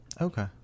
Okay